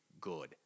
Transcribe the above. good